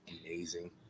amazing